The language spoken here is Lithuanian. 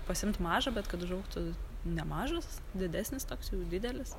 pasiimt mažą bet kad užaugtų nemažas didesnis toks jau didelis